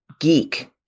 geek